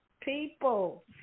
People